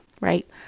Right